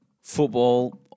Football